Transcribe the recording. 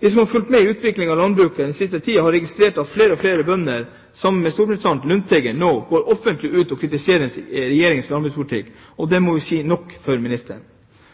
De som har fulgt med i utviklingen i landbruket i den siste tiden, har registrert at flere og flere bønder, sammen med stortingsrepresentant Lundteigen, nå går offentlig ut og kritiserer Regjeringens landbrukspolitikk, og det må vel si nok for ministeren.